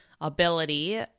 ability